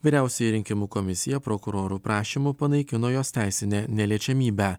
vyriausioji rinkimų komisija prokurorų prašymu panaikino jos teisinę neliečiamybę